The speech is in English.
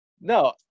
No